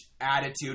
attitude